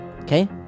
Okay